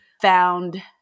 found